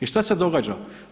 I šta se događa?